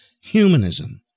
humanism